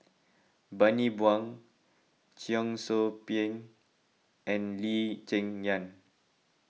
Bani Buang Cheong Soo Pieng and Lee Cheng Yan